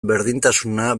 berdintasuna